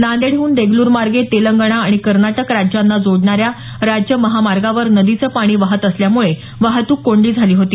नांदेडहून देगलूर मार्गे तेलंगणा आणि कर्नाटक राज्यांना जोडणाऱ्या राज्य महामार्गावर नदीचं पाणी वाहत असल्यामुळे वाहतूक कोंडी झाली होती